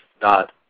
dot